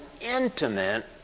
intimate